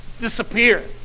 disappear